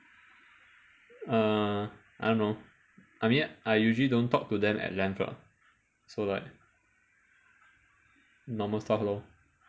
uh I don't know I mean I usually don't talk to them at length lah so like normal stuff lor